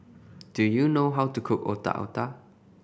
do you know how to cook Otak Otak